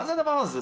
מה זה הדבר הזה?